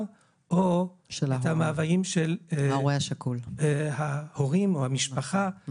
או את המאוויים של ההורים או של המשפחה,